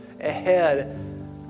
ahead